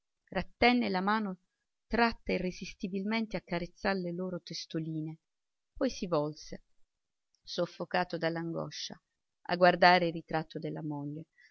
rattenne la mano tratta irresistibilmente a carezzar le loro testoline poi si volse soffocato dall'angoscia a guardare il ritratto della moglie